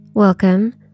Welcome